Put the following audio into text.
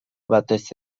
batez